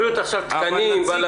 הם כמובן צריכים לעמוד בתו תקן איכות,